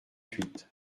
huit